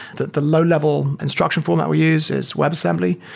the the low level instruction format we use is webassembly.